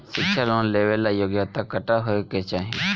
शिक्षा लोन लेवेला योग्यता कट्ठा होए के चाहीं?